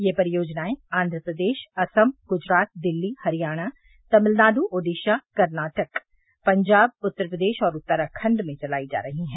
ये परियोजनाएं आंघ्र प्रदेश असम गुजरात दिल्ली हरियाणा तमिलनाडु ओड़ीशा कर्नाटक पंजाब उत्तर प्रदेश और उत्तराखंड में चलाई जा रही हैं